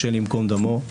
השם ייקום דמו.